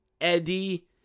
Eddie